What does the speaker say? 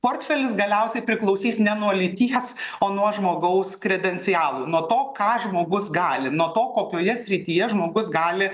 portfelis galiausiai priklausys ne nuo lyties o nuo žmogaus kredencialų nuo to ką žmogus gali nuo to kokioje srityje žmogus gali